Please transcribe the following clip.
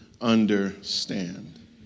understand